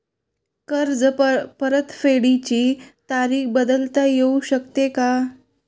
कर्ज परतफेडीची तारीख बदलता येऊ शकते का?